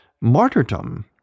martyrdom